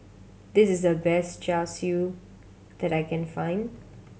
this is the best Char Siu that I can find